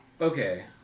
Okay